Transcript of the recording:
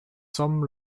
some